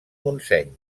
montseny